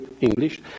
English